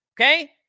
Okay